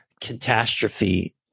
catastrophe